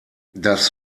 das